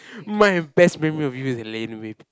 my best memory of you is in Laneway